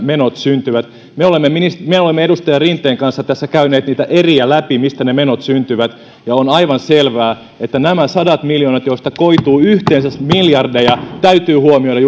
menot syntyvät me olemme edustaja rinteen kanssa tässä käyneet läpi niitä eriä mistä ne menot syntyvät ja on aivan selvää että nämä sadat miljoonat joista koituu yhteensä miljardeja täytyy huomioida